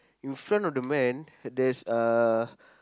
in front of the man there's uh